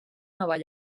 nova